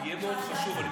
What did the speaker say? יהיה חשוב מאוד,